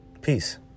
Peace